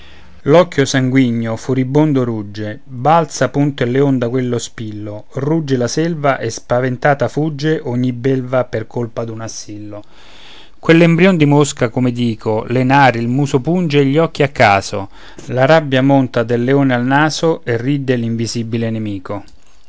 l'occhio sanguigno furibondo rugge balza punto il leon da quello spillo rugge la selva e spaventata fugge ogni belva per colpa d'un assillo quell'embrion di mosca come dico le nari il muso punge e gli occhi a caso la rabbia monta del leone al naso e ride l'invisibile nemico